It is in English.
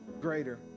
greater